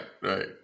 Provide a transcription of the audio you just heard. Right